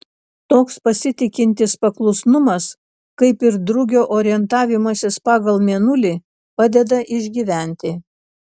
toks pasitikintis paklusnumas kaip ir drugio orientavimasis pagal mėnulį padeda išgyventi